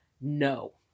No